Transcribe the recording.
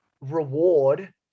reward